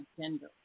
gender